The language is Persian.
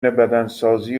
بدنسازی